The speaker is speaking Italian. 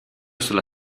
sulla